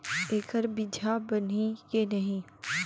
एखर बीजहा बनही के नहीं?